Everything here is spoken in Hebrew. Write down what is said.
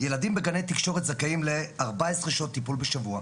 ילדים בגני תקשורת זכאים לארבע עשרה שעות טיפול בשבוע,